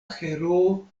heroo